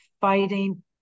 fighting